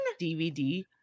DVD